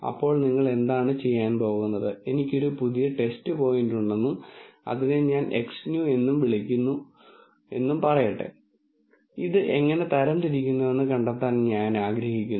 അപ്പോൾ നിങ്ങൾ എന്താണ് ചെയ്യാൻ പോകുന്നത് എനിക്കൊരു പുതിയ ടെസ്റ്റ് പോയിന്റ് ഉണ്ടെന്നും അതിനെ ഞാൻ Xnew എന്ന് വിളിക്കുന്നു എന്നും പറയട്ടെ ഇത് എങ്ങനെ തരംതിരിക്കുന്നുവെന്ന് കണ്ടെത്താൻ ഞാൻ ആഗ്രഹിക്കുന്നു